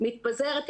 מתפזרת,